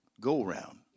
go-around